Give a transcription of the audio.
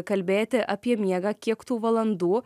kalbėti apie miegą kiek tų valandų